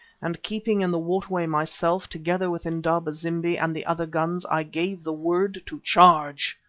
and keeping in the water-way myself, together with indaba-zimbi and the other guns, i gave the word to charge.